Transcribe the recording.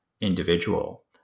individual